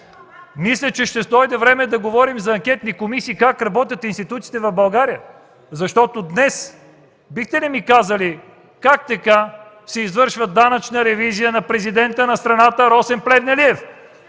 Мисля, че ще дойде време да говорим за анкетни комисии по това как работят институциите в България. Днес бихте ли ми казали как така се извършва данъчна ревизия на Президента на страната Росен Плевнелиев?